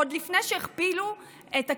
עוד לפני שהכפילו את הקצבאות.